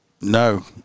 No